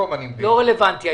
העניין הזה לא רלוונטי.